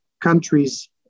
countries